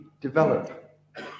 develop